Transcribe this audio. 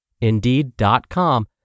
Indeed.com